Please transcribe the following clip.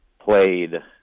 played